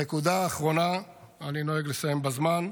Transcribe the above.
הנקודה האחרונה, אני נוהג לסיים בזמן,